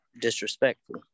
disrespectful